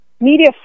media